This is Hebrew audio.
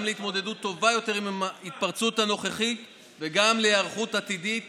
גם להתמודדות טובה יותר עם התפרצות הנוכחית וגם להיערכות עתידית